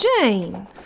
Jane